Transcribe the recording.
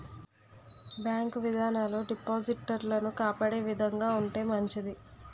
bank విధానాలు డిపాజిటర్లను కాపాడే విధంగా ఉంటే మంచిది